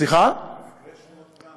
שמו טראמפ.